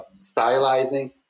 stylizing